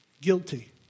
Guilty